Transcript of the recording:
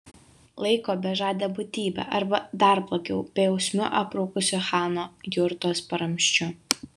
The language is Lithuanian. laiko bežade būtybe arba dar blogiau bejausmiu aprūkusiu chano jurtos paramsčiu